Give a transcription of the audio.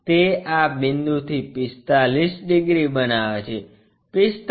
તે આ બિંદુથી 45 ડિગ્રી બનાવે છે 45